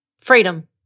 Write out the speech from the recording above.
freedom